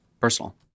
personal